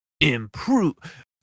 improve